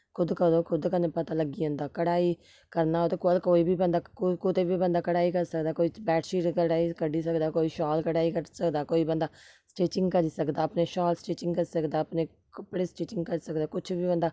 खुद करो खुद कन्नै पता लग्गी जंदा कढाई करना होऐ ते कोई कोई बी बंदा कुत कुतै बी बंदा कढाई करी सकदा ऐ कोई बैड्डशीट कढाई कड्ढी सकदा कोई शाल कढाई कड्ढी सकदा कोई बंदा स्टिंचिंग करी सकदा अपने शाल स्टिचिंग करी सकदा अपने कपड़े स्टिचिंग करी सकदा कुछ बी बंदा